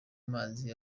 mazi